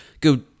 go